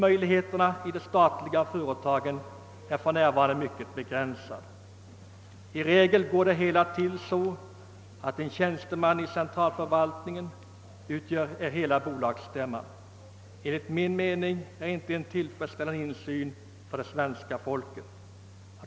Möjligheterna till insyn i de statliga företagen är för närvarande mycket begränsade. En tjänsteman i centralförvaltningen utgör i regel hela bolagsstämman, vilket enligt min mening inte kan medge en tillfredsställande insyn för det svenska folket.